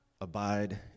Abide